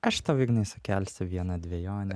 aš tau ignai sukelsiu vieną dvejonę